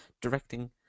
directing